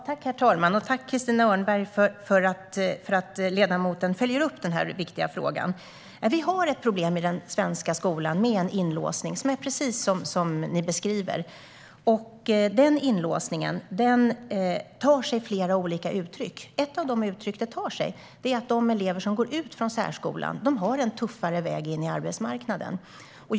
Herr talman! Tack för att du följer upp den här viktiga frågan, Christina Örnebjär! Vi har problem med inlåsning, som är precis som ni beskriver, i den svenska skolan. Den tar sig flera olika uttryck. Ett av dem är att de elever som går ut från särskolan har en tuffare väg in på arbetsmarknaden.